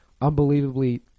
unbelievably